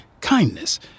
kindness